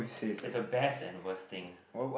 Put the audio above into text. it's the best and worst thing